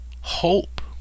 hope